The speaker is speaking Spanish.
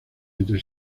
entre